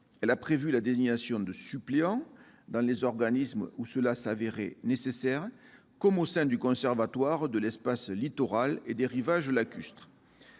également prévu la désignation de suppléants dans les organismes où cela s'avérerait nécessaire, comme le Conservatoire de l'espace littoral et des rivages lacustres.